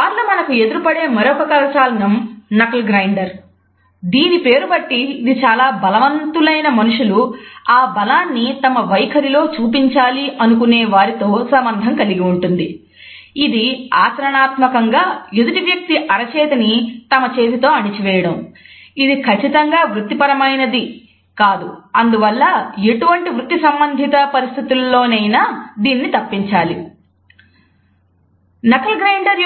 కొన్నిసార్లు మనకు ఎదురుపడే మరియొక కరచాలనం నకల్ గ్రైండర్